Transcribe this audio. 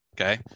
Okay